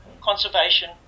conservation